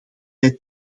wij